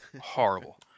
horrible